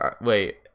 Wait